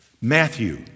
matthew